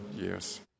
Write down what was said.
years